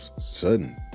sudden